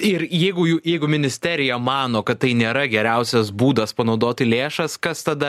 ir jeigu jau jeigu ministerija mano kad tai nėra geriausias būdas panaudoti lėšas kas tada